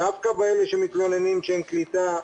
דווקא באלה שמתלוננים שאין קליטה,